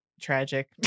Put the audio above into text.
tragic